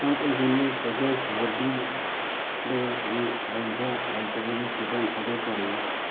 park avenue fragrance body ꯏꯁꯄ꯭ꯔꯦꯒꯤ ꯂꯩꯕ ꯂꯩꯇꯕꯒꯤ ꯐꯤꯕꯝ ꯑꯗꯨ ꯀꯔꯤꯅꯣ